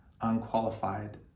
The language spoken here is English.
unqualified